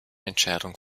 entscheidung